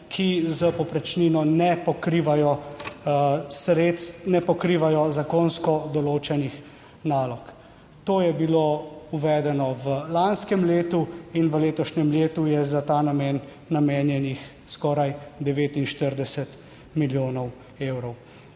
sredstev, ne pokrivajo zakonsko določenih nalog. To je bilo uvedeno v lanskem letu in v letošnjem letu je za ta namen namenjenih skoraj 49 milijonov evrov.